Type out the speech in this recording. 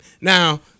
Now